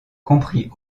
comprit